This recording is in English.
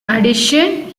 addition